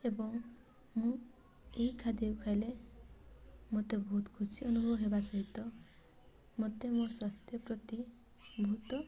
ଏବଂ ମୁଁ ଏହି ଖାଦ୍ୟକୁ ଖାଇଲେ ମୋତେ ବହୁତ ଖୁସି ଅନୁଭବ ହେବା ସହିତ ମୋତେ ମୋ ସ୍ୱାସ୍ଥ୍ୟ ପ୍ରତି ବହୁତ